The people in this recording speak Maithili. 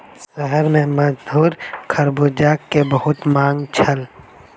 शहर में मधुर खरबूजा के बहुत मांग छल